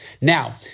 Now